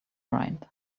right